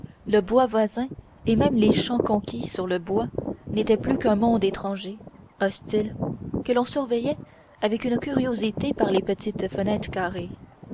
le bois voisin et même les champs conquis sur le bois n'étaient plus qu'un monde étranger hostile que l'on surveillait avec curiosité par les petites fenêtres carrées